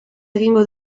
egingo